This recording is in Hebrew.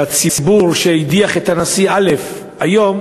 והציבור שהדיח את הנשיא א' היום,